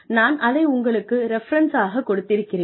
நான் அதை உங்களுக்கு ரெஃபெரென்ஸாக கொடுத்திருக்கிறேன்